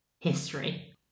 history